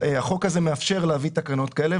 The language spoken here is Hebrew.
החוק הזה מאפשר להביא תקנות כאלה,